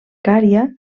cària